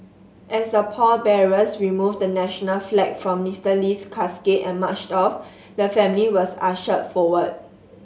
as the pallbearers removed the national flag from Mister Lee's casket and marched off the family was ushered forward